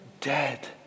dead